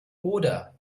oder